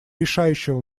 решающего